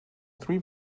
three